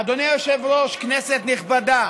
אדוני היושב-ראש, כנסת נכבדה,